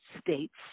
states